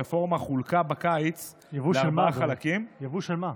הרפורמה חולקה בקיץ לארבעה חלקים, יבוא של מה,